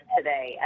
today